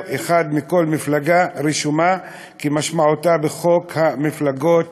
אחד מכל מפלגה רשומה כמשמעותה בחוק המפלגות,